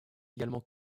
également